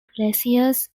glaciers